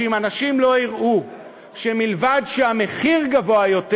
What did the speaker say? אנשים לא יראו שמלבד זה שהמחיר גבוה יותר,